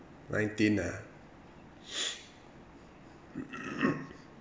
nineteen ah